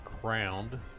crowned